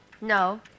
No